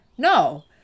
no